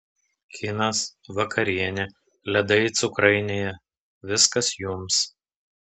kinas vakarienė ledai cukrainėje viskas jums